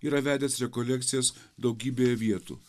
yra vedęs rekolekcijas daugybėje vietų